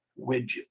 widgets